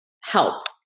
help